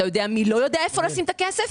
אתה יודע מי לא יודע איפה לשים את הכסף?